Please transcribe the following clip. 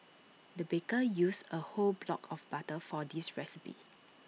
the baker used A whole block of butter for this recipe